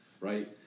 right